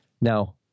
Now